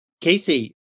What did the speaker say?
Casey